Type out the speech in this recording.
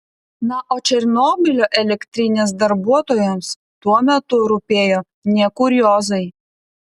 na o černobylio elektrinės darbuotojams tuo metu rūpėjo ne kuriozai